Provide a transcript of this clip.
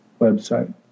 website